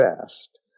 fast